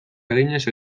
eginez